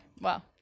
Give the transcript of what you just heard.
Wow